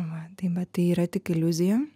va tai bet tai yra tik iliuzija